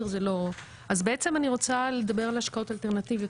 אז בעצם אני רוצה לדבר על השקעות אלטרנטיביות,